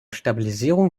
stabilisierung